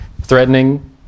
threatening